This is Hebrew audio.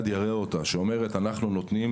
שאומרת: אנחנו נותנים